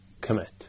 commit